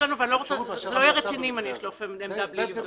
לא יהיה רציני אם אני אשלוף עמדה בלי לבדוק.